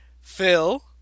Phil